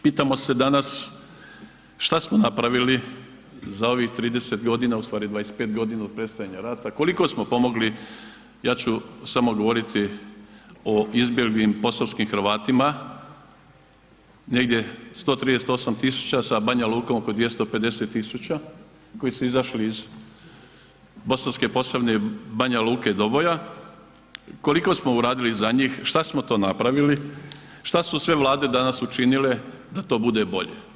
Pitamo se danas šta smo napravili za ovih 30 godina ustvari 25 godina od prestajanja rata, koliko smo pomogli, ja ću samo govoriti o izbjeglim posavskim Hrvatima, negdje 138 000 sa Banja Lukom, oko 250 000 koji su izašli iz Bosanske Posavine, Banja Luke, Doboja, koliko smo uradili za njih, šta smo to napravili, šta su sve Vlade danas učinile da to bude bolje.